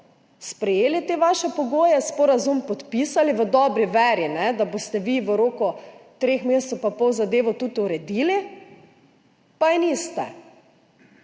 sprejeli te vaše pogoje, ki so sporazum podpisali v dobri veri, da boste vi v roku treh mesecev in pol zadevo tudi uredili, pa je niste,